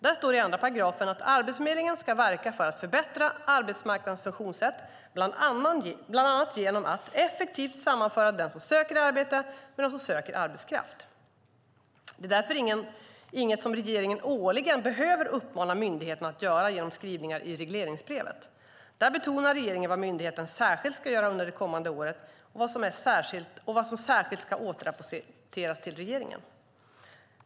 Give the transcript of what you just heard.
Där står i andra paragrafen att Arbetsförmedlingen ska verka för att förbättra arbetsmarknadens funktionssätt bland annat genom att effektivt sammanföra dem som söker arbete med dem som söker arbetskraft. Det är därför inget som regeringen årligen behöver uppmana myndigheten att göra genom skrivningar i regleringsbrevet. Där betonar regeringen vad myndigheten särskilt ska göra under det kommande året och vad som särskilt ska återrapporteras till regeringen.